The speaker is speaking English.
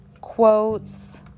quotes